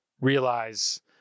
realize